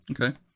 Okay